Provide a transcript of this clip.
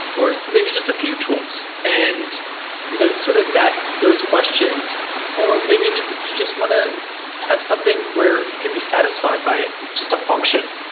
or maybe just a few tools? and you know sort of those questions or maybe that you just want to have something where it could be satisfied by it, just a function?